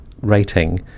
rating